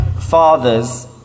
fathers